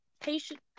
patient